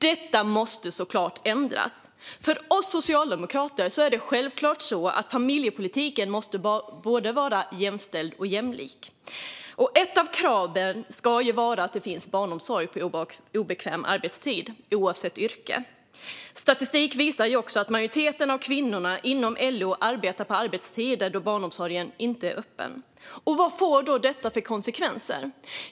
Detta måste såklart ändras. För oss socialdemokrater är det självklart att familjepolitiken måste vara både jämställd och jämlik. Och ett av kraven är att det finns barnomsorg på obekväm arbetstid oavsett yrke. Statistik visar att majoriteten av kvinnorna inom LO arbetar på tider då barnomsorgen inte är öppen. Vad får då detta för konsekvenser?